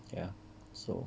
ya so